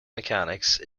mechanics